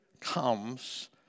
comes